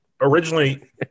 originally